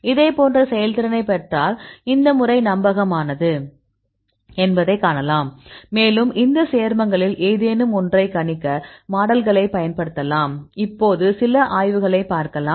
இதேபோன்ற செயல்திறனைப் பெற்றால் இந்த முறை நம்பகமானது என்பதை காணலாம் மேலும் இந்த சேர்மங்களில் ஏதேனும் ஒன்றைக் கணிக்க மாடல்களை பயன்படுத்தலாம் இப்போது சில ஆய்வுகளைக் பார்க்கலாம்